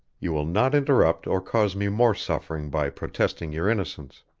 you will not interrupt or cause me more suffering by protesting your innocence.